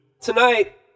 Tonight